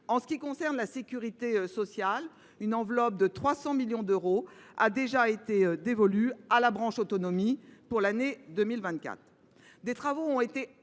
En ce qui concerne la sécurité sociale, une enveloppe de 300 millions d’euros a déjà été dévolue à la branche autonomie pour l’année 2024. Des travaux ont été engagés